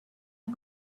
and